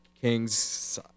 Kings